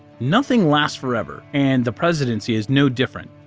nothing lasts forever, and the presidency is no different.